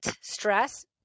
stress